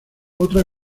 otra